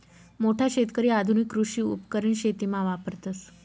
मोठा शेतकरी आधुनिक कृषी उपकरण शेतीमा वापरतस